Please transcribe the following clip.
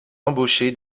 embaucher